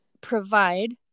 provide